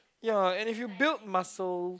ya and if you build muscles